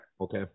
Okay